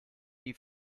die